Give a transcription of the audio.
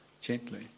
gently